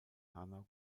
hanau